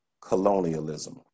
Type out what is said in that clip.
colonialism